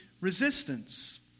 resistance